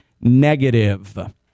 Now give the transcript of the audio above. negative